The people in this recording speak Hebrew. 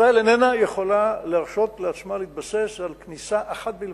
ישראל איננה יכולה להרשות לעצמה להתבסס על כניסה אחת בלבד.